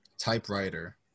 typewriter